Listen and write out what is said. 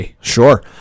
sure